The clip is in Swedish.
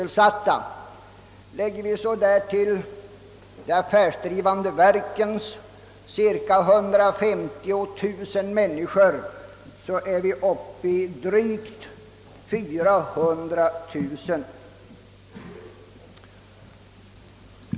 Lägger vi därtill de affärsdrivande verkens cirka 150000 människor är vi uppe i drygt 400 000.